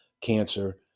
cancer